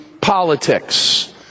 politics